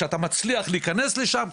כשאתה מצליח להיכנס לשם,